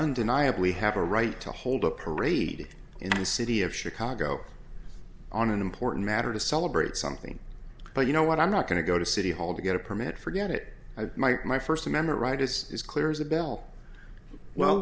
undeniably have a right to hold a parade in the city of chicago on an important matter to celebrate something but you know what i'm not going to go to city hall to get a permit forget it i might my first amendment right as is clear as a bell well